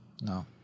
no